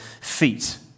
feet